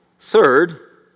Third